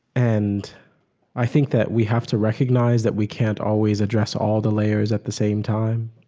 and i think that we have to recognize that we can't always address all the layers at the same time